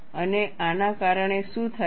અને આના કારણે શું થાય છે